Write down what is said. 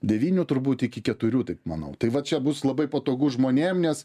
devynių turbūt iki keturių taip manau tai va čia bus labai patogu žmonėm nes